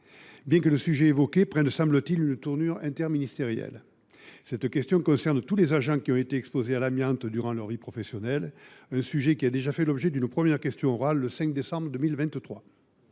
mais le sujet évoqué semble prendre une tournure interministérielle. Cette question concerne tous les agents qui ont été exposés à l’amiante durant leur vie professionnelle ; je leur avais déjà consacré une première question orale, le 5 décembre 2023.